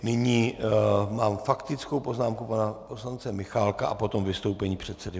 Nyní mám faktickou poznámku pana poslance Michálka a potom vystoupení předsedy vlády.